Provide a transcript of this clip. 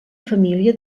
família